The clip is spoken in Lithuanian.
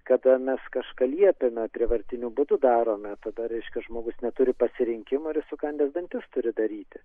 kada mes kažką liepiame prievartiniu būdu darome tada reiškia žmogus neturi pasirinkimo ir jis sukandęs dantis turi daryti